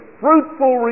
fruitful